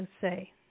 say